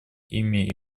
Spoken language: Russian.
ими